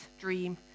dream